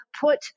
put